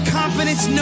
confidence